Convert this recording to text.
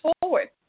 forward